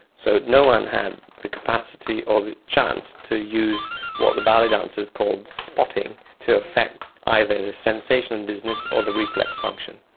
so no one had the capacity or the chance to use what the ballet dancers called spotting to affect either the sensation of and dizziness or the reflex function.